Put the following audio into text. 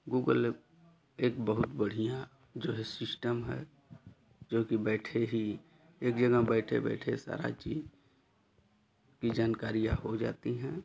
Google एक एक बहुत बढ़िया जो है सिस्टम है जोकि बैठे ही एक जगह बैठे बैठे सारी चीज़ की जानकारियाँ हो जाती हैं